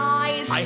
eyes